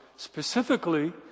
Specifically